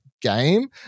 game